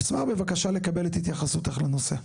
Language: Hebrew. אשמח בבקשה לקבל את התייחסותך לנושא.